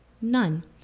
None